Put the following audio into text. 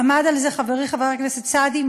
עמד על זה חברי חבר הכנסת סעדי,